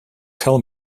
tell